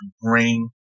bring